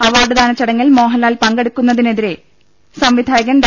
അവാർഡ്ദാന ചടങ്ങിൽ മോഹൻലാൽ പങ്കെടുക്കുന്നതിനെ തിരെ സംവിധായകൻ ഡോ